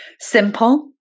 Simple